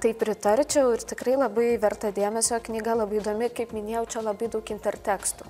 tai pritarčiau ir tikrai labai verta dėmesio knyga labai įdomi kaip minėjau čia labai daug intertekstų